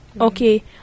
Okay